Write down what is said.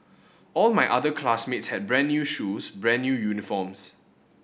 all my other classmates had brand new shoes brand new uniforms